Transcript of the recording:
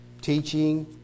teaching